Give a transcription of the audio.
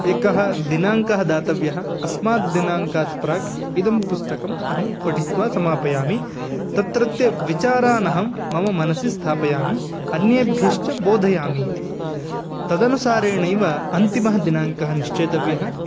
एकः दिनाङ्कः दातव्यः अस्माद् दिनाङ्कात् प्राक् इदं पुस्तकम् अहं पठित्वा समापयामि तत्रत्य विचारानहं मम मनसि स्थापयामि अन्येभ्यश्च बोधयामि इति तदनुसारेणैव अन्तिमः दिनाङ्कः निश्चेतव्यः